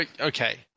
Okay